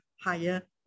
higher